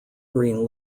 green